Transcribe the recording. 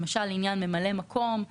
למשל עניין ממלא מקום.